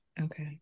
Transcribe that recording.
Okay